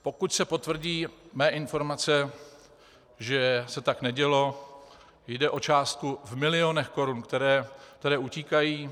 Pokud se potvrdí mé informace, že se tak nedělo, jde o částku v milionech korun, které utíkají.